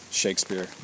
shakespeare